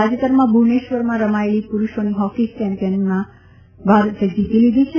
તાજેતરમાં ભુવનેશ્વરમાં રમાયેલી પુરૂષોની હોકી ચેમ્પીયનશીપ પણ ભારતે જીતી લીધી હતી